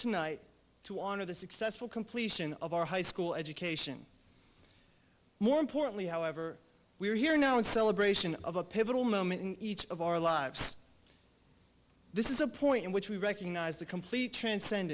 tonight to honor the successful completion of our high school education more importantly however we are here now in celebration of a pivotal moment in each of our lives this is a point in which we recognize the complete transcend